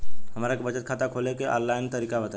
हमरा के बचत खाता खोले के आन लाइन तरीका बताईं?